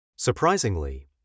Surprisingly